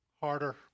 Harder